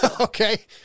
Okay